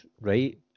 right